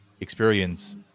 experience